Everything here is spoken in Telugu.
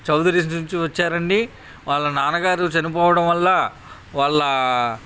చౌదరీస్ నుంచి వచ్చారండి వాళ్ళ నాన్నగారు చనిపోవడం వల్ల వాళ్ళ